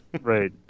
Right